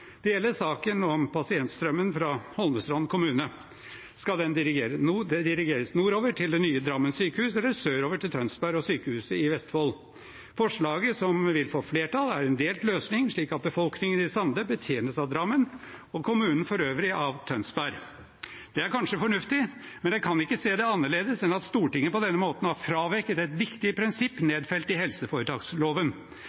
Det gjelder saken om pasientstrømmen fra Holmestrand kommune. Skal den dirigeres nordover, til det nye Drammen sykehus, eller sørover, til Tønsberg og Sykehuset i Vestfold? Forslaget, som vil få flertall, er en delt løsning, slik at befolkningen i Sande betjenes av Drammen og kommunen for øvrig av Tønsberg. Det er kanskje fornuftig, men jeg kan ikke se det annerledes enn at Stortinget på denne måten har fraveket et viktig prinsipp